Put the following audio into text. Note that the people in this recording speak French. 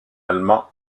allemand